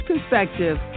perspective